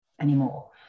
anymore